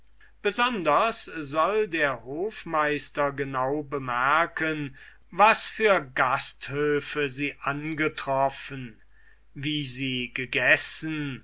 besonders soll der hofmeister genau bemerken was für gasthöfe sie angetroffen wie sie gegessen